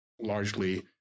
largely